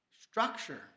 structure